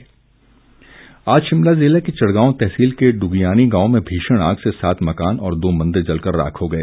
आग आज शिमला ज़िला की चिड़गांव तहसील के डुगियाणी गांव में भीषण आग से सात मकान और दो मंदिर जलकर राख हो गए